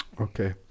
Okay